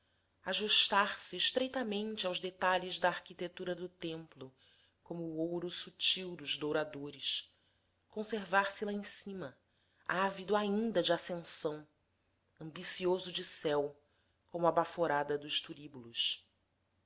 sagradas ajustar se estreitamente nos detalhes da arquitetura do templo como o ouro sutil dos douradores conservar-se lá em cima ávido ainda de ascensão ambicioso de céu como a baforada dos turíbulos